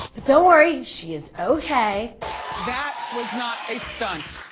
don't worry! she is okay. that was not a stunt.